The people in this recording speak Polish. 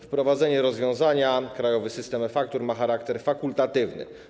Wprowadzane rozwiązanie, Krajowy System e-Faktur, ma charakter fakultatywny.